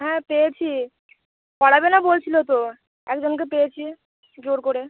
হ্যাঁ পেয়েছি পড়াবে না বলছিলো তো একজনকে পেয়েছি জোর করে